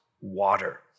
water